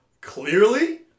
Clearly